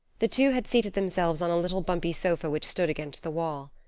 the two had seated themselves on a little bumpy sofa which stood against the wall.